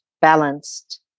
balanced